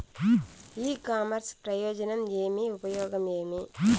ఇ commerce ప్రయోజనం ఏమి? ఉపయోగం ఏమి?